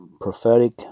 Prophetic